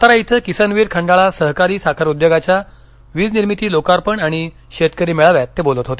सातारा इथं किसन वीर खंडाळा सहकारी साखर उद्योगाच्या वीजनिर्मिती लोकार्पण आणि शेतकरी मेळाव्यात ते बोलत होते